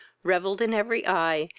revelled in every eye,